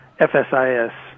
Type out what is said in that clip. FSIS